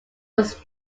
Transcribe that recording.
was